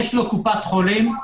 יש לו קופת חולים,